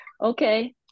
okay